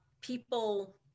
people